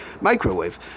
microwave